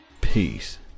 Peace